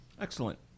Excellent